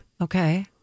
Okay